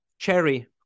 cherry